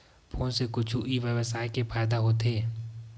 Phone से कुछु ई व्यवसाय हे फ़ायदा होथे?